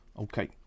Okay